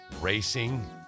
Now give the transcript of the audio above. racing